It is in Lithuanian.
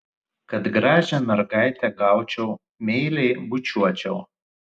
kad gražią mergaitę gaučiau meiliai bučiuočiau